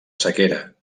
sequera